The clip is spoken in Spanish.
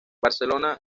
barcelona